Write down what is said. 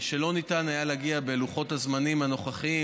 ולא ניתן היה להגיע להסכמות בלוחות הזמנים הנוכחיים.